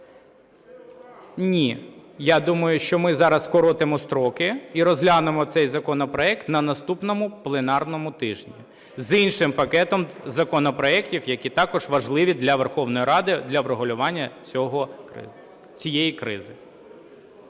Ні, я думаю, що ми зараз скоротимо строки і розглянемо цей законопроект на наступному пленарному тижні з іншим пакетом законопроектів, які також важливі для Верховної Ради, для врегулювання цієї кризи.